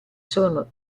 sono